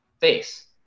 face